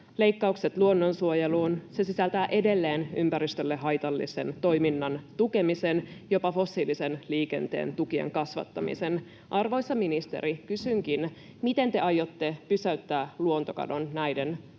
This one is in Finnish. leikkaukset luonnonsuojeluun, se sisältää edelleen ympäristölle haitallisen toiminnan tukemisen, jopa fossiilisen liikenteen tukien kasvattamisen. Kysynkin, arvoisa ministeri: miten te aiotte pysäyttää luontokadon näiden